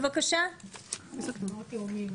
שלום.